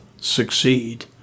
succeed